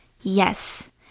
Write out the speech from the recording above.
Yes